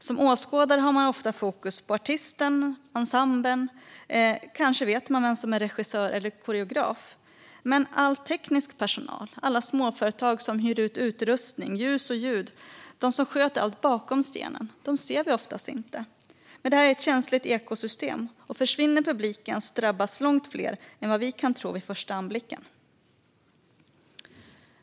Som åskådare har man ofta fokus på artisten och på ensemblen. Kanske vet man vem som är regissör eller koreograf. Men vi ser oftast inte all teknisk personal, alla småföretag som hyr ut utrustning, ljus och ljud och de som sköter allt bakom scenen. Det är ett känsligt ekosystem. Försvinner publiken drabbas långt fler än vad vi kan tro vid första anblicken.